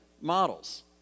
models